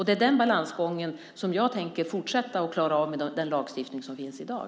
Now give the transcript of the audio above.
Det är den balansgången som jag tänker fortsätta att klara av med den lagstiftning som finns i dag.